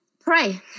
pray